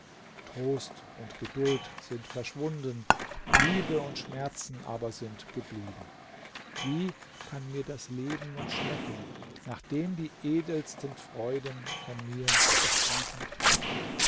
trost und geduld sind verschwunden liebe und schmerzen aber sind geblieben wie kann mir das leben noch schmecken nachdem die edelsten freuden von mir geschieden